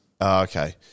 okay